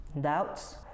doubts